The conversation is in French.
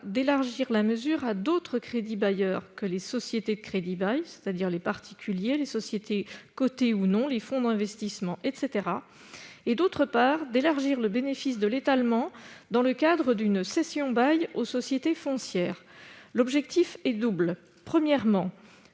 part, la mesure à d'autres crédits-bailleurs que les sociétés de crédit-bail- particuliers, sociétés cotées ou non, fonds d'investissement, etc. -, et, d'autre part, le bénéfice de l'étalement dans le cadre d'une cession-bail aux sociétés foncières. L'objectif est double : premièrement,